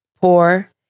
poor